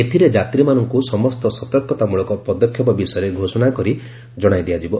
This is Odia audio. ଏଥିରେ ଯାତ୍ରୀମାନଙ୍କୁ ସମସ୍ତ ସତର୍କତାମଳକ ପଦକ୍ଷେପ ବିଷୟରେ ଘୋଷଣା କରି ଜଣାଇ ଦିଆଯିବ